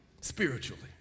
Spiritually